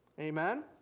Amen